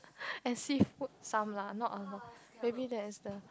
and seafood some lah not a lot maybe there is the